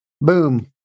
Boom